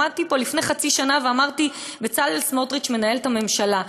שמעתי פה לפני חצי שנה ואמרתי: בצלאל סמוטריץ מנהל את הממשלה.